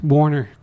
Warner